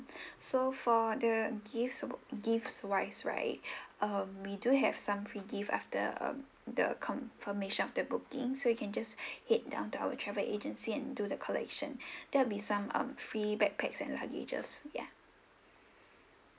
so for the gifts gifts wise right um we do have some free gift after um the confirmation of the booking so you can just head down to our travel agency and do the collection there'll be some um free backpacks and luggages ya